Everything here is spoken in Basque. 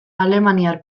alemaniar